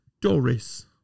Doris